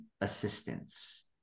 assistance